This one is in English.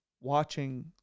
watching